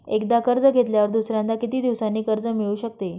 एकदा कर्ज घेतल्यावर दुसऱ्यांदा किती दिवसांनी कर्ज मिळू शकते?